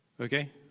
Okay